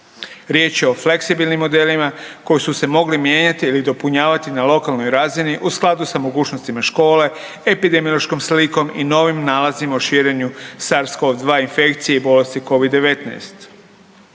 Riječ je o fleksibilnim modelima koji su se mogli mijenjati ili dopunjavati na lokalnoj razini u skladu s mogućnostima škole, epidemiološkom slikom i novim nalazima o širenju SARS COVID-2 infekcije i bolesti COVID-19.